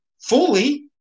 fully